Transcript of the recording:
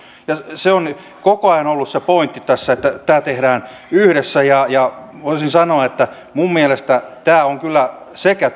ja se on koko ajan ollut se pointti tässä että tämä tehdään yhdessä voisin sanoa että minun mielestäni tämä on kyllä sekä